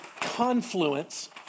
confluence